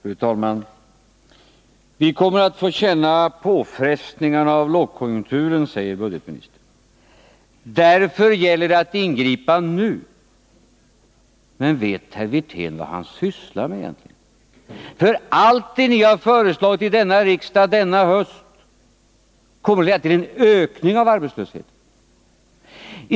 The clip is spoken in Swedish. Fru talman! Vi kommer att få känna av lågkonjunkturens påfrestningar. Därför gäller det att ingripa nu, säger budgetministern. Vet herr Wirtén vad han sysslar med egentligen? Allt det som regeringen i höst har föreslagit denna riksdag kommer ju att leda till en ökning av arbetslösheten.